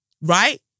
Right